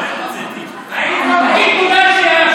צא החוצה.